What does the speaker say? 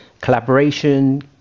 collaboration